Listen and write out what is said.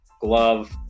glove